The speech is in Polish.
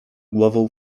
głową